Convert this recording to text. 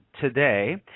today